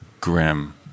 grim